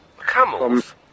Camels